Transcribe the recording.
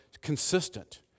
consistent